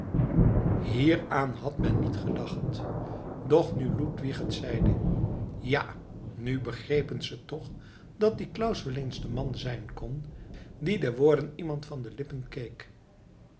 hieraan had men niet gedacht doch nu ludwig het zeide ja nu begrepen ze toch dat die claus wel eens de man zijn kon die de woorden iemand van de lippen